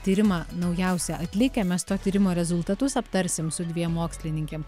tyrimą naujausią atlikę mes to tyrimo rezultatus aptarsim su dviem mokslininkėm